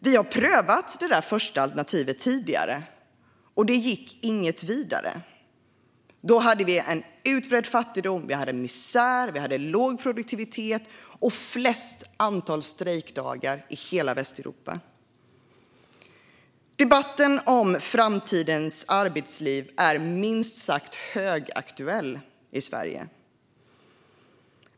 Vi har prövat det första alternativet tidigare, och det gick inget vidare. Då hade vi en utbredd fattigdom, misär, låg produktivitet och flest antal strejkdagar i hela Västeuropa. Debatten om framtidens arbetsliv är minst sagt högaktuell i Sverige.